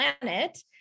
planet